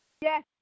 Yes